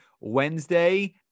Wednesday